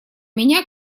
меня